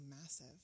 massive